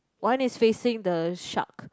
one is facing the shark